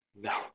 No